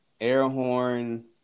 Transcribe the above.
airhorn